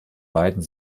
beiden